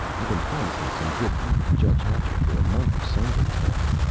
i been promising some good beef to judge hatcher for a month of sundays now,